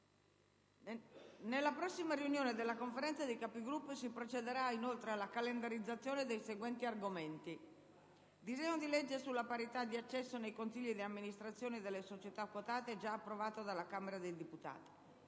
Nella prossima riunione della Conferenza dei Capigruppo si procederà alla calendarizzazione dei seguenti argomenti: disegno di legge sulla parità di accesso nei consigli di amministrazione delle società quotate, già approvato dalla Camera dei deputati;